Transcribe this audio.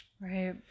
Right